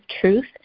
truth